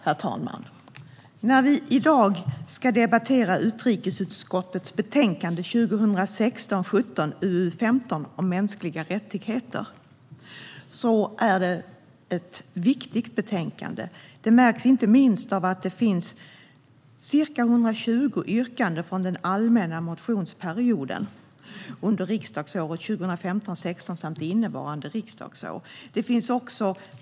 Herr talman! I dag ska vi debattera utrikesutskottets betänkande 2016 16 samt innevarande riksdagsår.